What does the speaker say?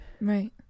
Right